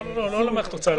לא למערכת ההוצאה לפועל, לרשם.